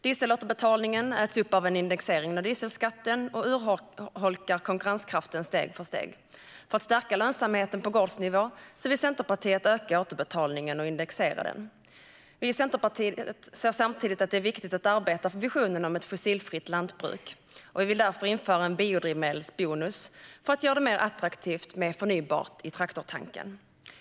Dieselåterbetalningen äts upp av en indexering av dieselskatten och urholkar konkurrenskraften steg för steg. För att stärka lönsamheten på gårdsnivå vill Centerpartiet öka återbetalningen och indexera den. Vi i Centerpartiet ser samtidigt att det är viktigt att arbeta för visionen om ett fossilfritt lantbruk. Vi vill därför införa en biodrivmedelsbonus för att göra det mer attraktivt med förnybart i traktortanken.